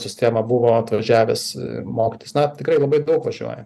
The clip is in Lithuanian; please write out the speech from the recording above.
sistemą buvo atvažiavęs mokytis na tikrai labai daug važiuoja